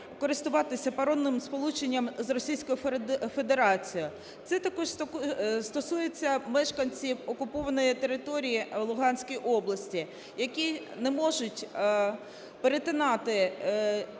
користуватися паромним сполученням з Російською Федерацією. Це також стосується мешканців окупованої території в Луганській області, які не можуть перетинати